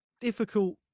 difficult